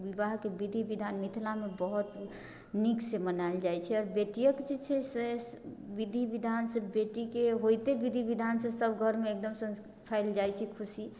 विवाहके विधि विधान मिथिलामे बहुत नीकसँ मनाएल जाइत छै आ बेटीओके जे छै से विधि विधान सब बेटीके होइते विधि विधान से सब घरमे एकदमसंँ फैल जाइत छै खुशी